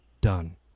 done